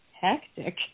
hectic